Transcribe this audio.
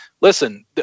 listen